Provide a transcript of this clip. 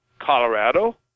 Colorado